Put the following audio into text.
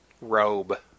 robe